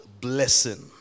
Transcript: blessing